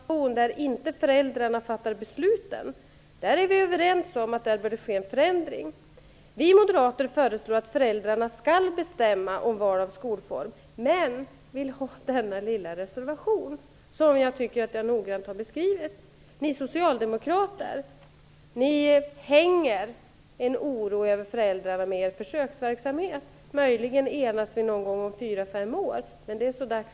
Herr talman! Det otidsenliga är att vi fortfarande har en situation där föräldrarna inte fattar besluten. Där är vi överens om att det behövs en förändring. Vi moderater föreslår att föräldrarna skall bestämma över valet av skolform, men vi vill ha nämnda lilla reservation som jag tycker att jag noga har beskrivit. Ni socialdemokrater hänger en oro över föräldrarna med er försöksverksamhet. Möjligen enas vi om fyra fem år, men då är det så dags!